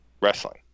wrestling